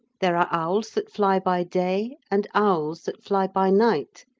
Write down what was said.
there are owls that fly by day and owls that fly by night,